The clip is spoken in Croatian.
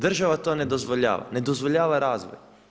Država to ne dozvoljava, ne dozvoljava razvoj.